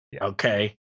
Okay